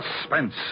Suspense